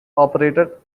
operated